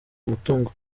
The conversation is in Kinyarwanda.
umutungo